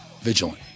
vigilant